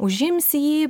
užims jį